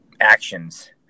actions